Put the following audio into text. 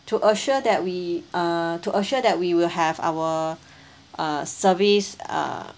to assure that we uh to assure that we will have our uh service ah